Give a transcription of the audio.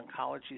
oncology